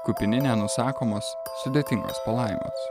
kupini nenusakomos sudėtingos palaimos